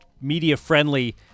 media-friendly